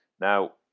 now